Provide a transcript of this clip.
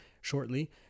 shortly